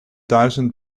duizend